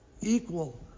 equal